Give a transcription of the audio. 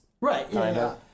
right